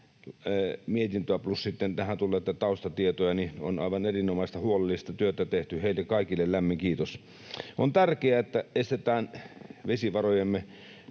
mietintöä plus sitten tähän tulleita taustatietoja, ja on aivan erinomaista, huolellista työtä tehty. Heille kaikille lämmin kiitos. On tärkeää, että estetään vesivarojemme,